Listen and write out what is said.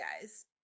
guys